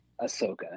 Ahsoka